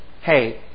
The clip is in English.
hey